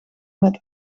met